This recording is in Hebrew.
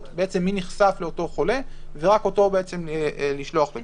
מי נחשף לאותו חולה ורק אותו לשלוח לבידוד.